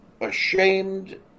ashamed